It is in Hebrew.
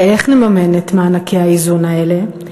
ואיך נממן את מענקי האיזון האלה?